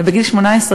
ובגיל 18,